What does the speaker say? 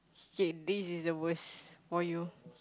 kay this is the worst for you